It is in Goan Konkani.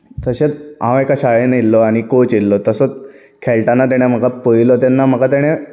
हांव एका शाळेंत येयल्लो आनी कोच येयल्लो तसोच खेळटना ताणें म्हाका पळयलो तेन्ना म्हाका तेणें